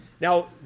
Now